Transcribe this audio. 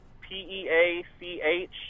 P-E-A-C-H